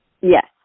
Yes